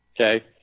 Okay